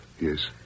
Yes